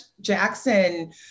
Jackson